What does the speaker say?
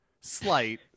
slight